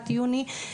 יוני,